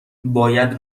باید